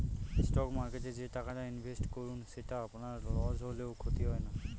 stock মার্কেটে যে টাকাটা ইনভেস্ট করুন সেটা আপনার লস হলেও ক্ষতি হয় না